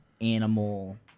animal